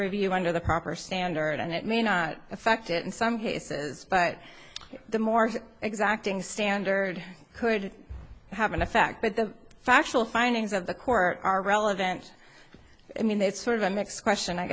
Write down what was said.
review under the proper standard and it may not affect it in some cases but the more exacting standard could have an effect but the factual findings of the court are relevant i mean that's sort of a mix question i